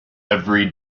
every